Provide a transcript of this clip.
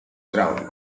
ground